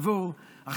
אני סבור עכשיו,